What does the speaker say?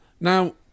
Now